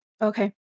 Okay